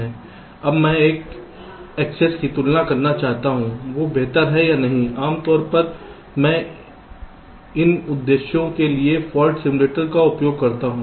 अब मैं एक एक्सेस की तुलना करना चाहता हूं जो बेहतर है या नहीं आमतौर पर मैं इन उद्देश्यों के लिए एक फाल्ट सिम्युलेटर का उपयोग करता हूं